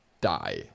die